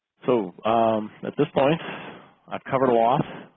so at this point i have covered alot.